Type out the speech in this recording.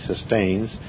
sustains